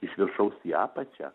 iš viršaus į apačią